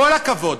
כל הכבוד.